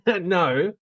No